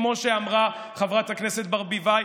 כמו שאמרה חברת הכנסת ברביבאי.